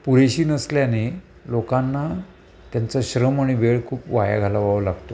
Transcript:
पुएशी नसल्याने लोकांना त्यांचं श्रम आणि वेळ खूप वाया घालावावा लागतो